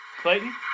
Clayton